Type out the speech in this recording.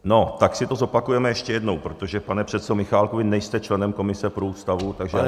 No, tak si to zopakujeme ještě jednou, protože, pane předsedo Michálku, vy nejste členem komise pro ústavu, takže...